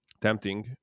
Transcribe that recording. tempting